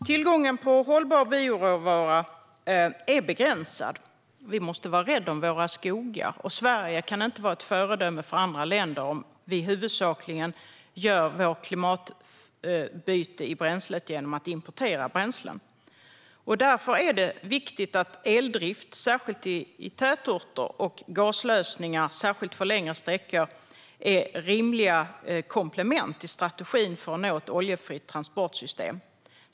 Tillgången på hållbar bioråvara är begränsad. Vi måste vara rädda om våra skogar, och Sverige kan inte vara ett föredöme för andra länder om vi huvudsakligen gör vårt klimatbyte i bränslet genom att importera bränslen. Därför är det viktigt att eldrift särskilt i tätorter och gaslösningar särskilt för längre sträckor är rimliga komplement i strategin för att nå ett oljefritt transportsystem.